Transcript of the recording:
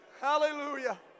Hallelujah